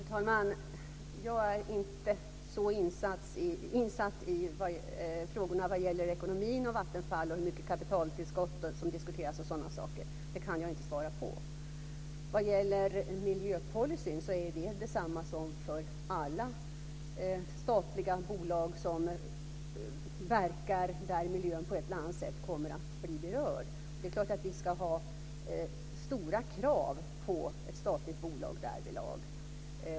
Fru talman! Jag är inte så insatt i frågor som gäller ekonomin och Vattenfall och hur mycket kapitaltillskott som diskuteras. Det kan jag inte svara på. När det gäller miljöpolicyn är den densamma som för alla statliga bolag som verkar där miljön på ett eller annat sätt blir berörd. Vi ska naturligtvis ha stora krav på statliga bolag därvidlag.